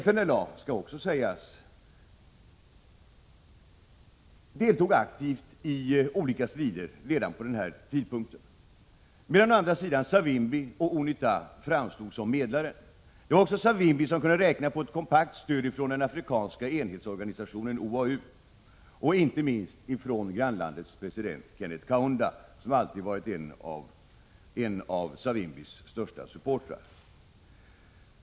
FNLA — det skall också sägas — deltog också aktivt i olika strider redan vid den tidpunkten, medan å andra sidan Savimbi och UNITA framstod som medlare. Det var också Savimbi som kunde räkna på ett kompakt stöd från den afrikanska enhetsorganisationen OAU, och inte minst från grannlandets president Kenneth Kaunda, som alltid varit en av Savimbis största supportrar.